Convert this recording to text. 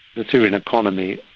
the syrian economy,